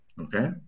Okay